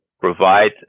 provide